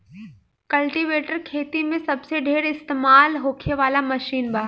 cultivator खेती मे सबसे ढेर इस्तमाल होखे वाला मशीन बा